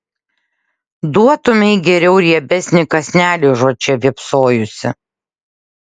duotumei geriau riebesnį kąsnelį užuot čia vėpsojusi